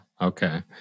okay